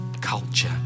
culture